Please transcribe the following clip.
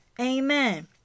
Amen